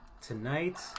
Tonight